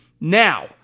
Now